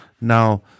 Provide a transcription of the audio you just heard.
Now